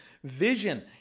Vision